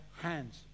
hands